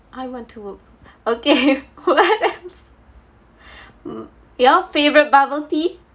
I want to okay what else your favourite bubble tea